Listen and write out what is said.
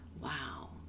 Wow